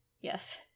Yes